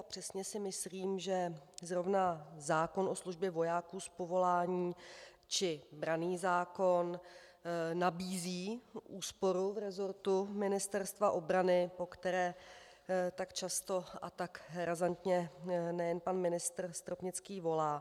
Přesně si myslím, že zrovna zákon o službě vojáků z povolání či branný zákon nabízí úsporu v resortu Ministerstva obrany, po které tak často a tak razantně nejen pan ministr Stropnický volá.